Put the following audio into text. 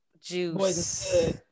Juice